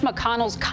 McCONNELL'S